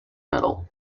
metal